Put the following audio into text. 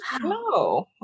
no